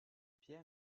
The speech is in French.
pierre